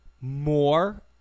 more